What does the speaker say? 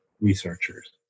researchers